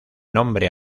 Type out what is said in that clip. nombre